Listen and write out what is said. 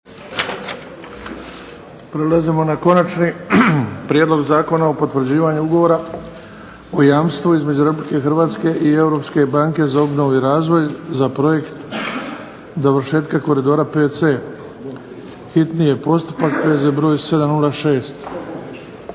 Prelazimo na - Konačni prijedlog zakona o potvrđivanju Ugovora o jamstvu između Republike Hrvatske i Europske banke za obnovu i razvoj za "Projekt dovršetka Koridora VC", hitni postupak, prvo i